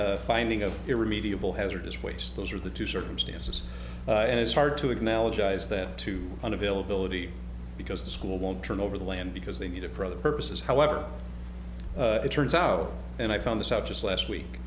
fire finding of it remediable hazardous waste those are the two circumstances and it's hard to acknowledge eyes that two on availability because the school won't turn over the land because they need it for other purposes however it turns out and i found this out just last week